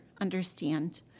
understand